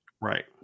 Right